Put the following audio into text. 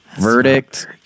Verdict